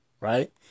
Right